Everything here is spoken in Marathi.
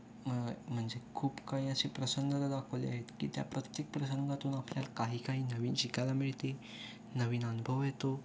मग म्हणजे खूप काही असे प्रसंगाला दाखवले आहेत की त्या प्रत्येक प्रसंगातून आपल्याला काही काही नवीन शिकायला मिळते नवीन अनुभव येतो